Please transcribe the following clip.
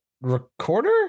recorder